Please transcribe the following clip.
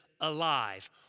alive